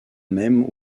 même